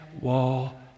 wall